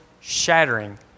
shattering